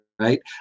right